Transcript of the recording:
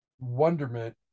wonderment